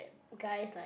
guys like